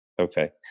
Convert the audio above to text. Okay